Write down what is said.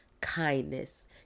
kindness